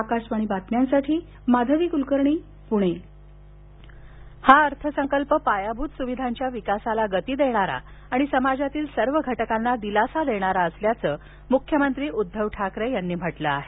आकाशवाणी बातम्यांसाठी माधवी कुलकर्णी पुणे अर्थसंकल्प प्रतिक्रिया हा अर्थसंकल्प पायाभूत सुविधांच्या विकासाला गती देणारा आणि समाजातील सर्व घटकांना दिलासा देणारा असल्याचं मुख्यमंत्री उद्धव ठाकरे यांनी म्हटलं आहे